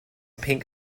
pink